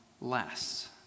less